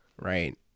right